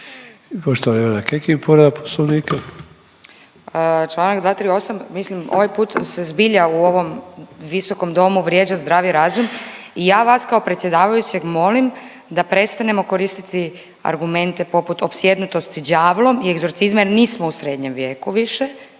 Poštovana Ivana Kekin povreda poslovnika. **Kekin, Ivana (NL)** Čl. 238., mislim ovaj put se zbilja u ovom visokom domu vrijeđa zdravi razum i ja vas kao predsjedavajućeg molim da prestanemo koristiti argumente poput opsjednutosti đavlom i egzorcizma jer nismo u srednjem vijeku više